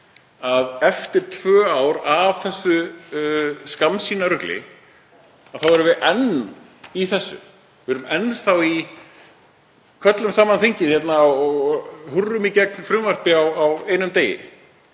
að eftir tvö ár af þessu skammsýnisrugli séum við enn í þessu. Við erum enn þá í: Köllum saman þingið og húrrum í gegn frumvarpi á einum degi.